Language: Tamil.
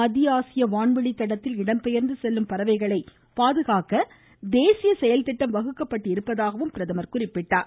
மத்தியஆசிய வான்வழி தடத்தில் இடம்பெயர்ந்து செல்லும் பறவைகளை பாதுகாக்க தேசிய செயல்திட்டம் வகுக்கப்பட்டிப்பதாக கூறினார்